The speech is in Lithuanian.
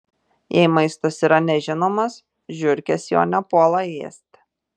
jei maistas yra nežinomas žiurkės jo nepuola ėsti